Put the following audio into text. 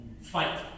Fight